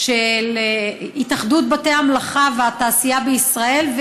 של התאחדות בתי המלאכה והתעשייה בישראל.